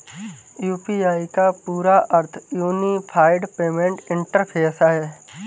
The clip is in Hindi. यू.पी.आई का पूरा अर्थ यूनिफाइड पेमेंट इंटरफ़ेस है